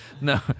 No